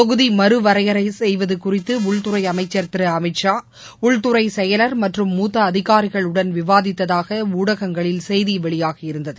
தொகுதி மறுவரையறை செய்வது குறித்து உள்துறை அமைச்சர் திரு அமித்ஷா உள்தறை செயலர் மற்றும் மூத்த அதிகாரிகளுடன் விவாதித்ததாக ஊடகங்களில் செய்தி வெளியாகியிருந்தது